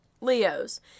Leos